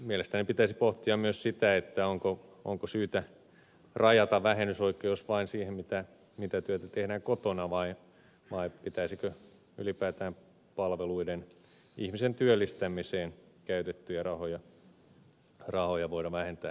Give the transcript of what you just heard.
mielestäni pitäisi pohtia myös sitä onko syytä rajata vähennysoikeus vain siihen mitä työtä tehdään kotona vai pitäisikö ylipäätään palveluihin ihmisen työllistämiseen käytettyjä rahoja voida vähentää entistä laajemmin